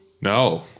No